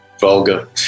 vulgar